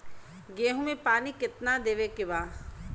गेहूँ मे पानी कितनादेवे के बा?